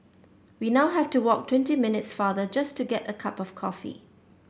we now have to walk twenty minutes farther just to get a cup of coffee